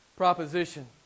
proposition